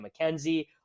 McKenzie